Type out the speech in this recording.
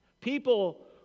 People